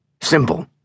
Simple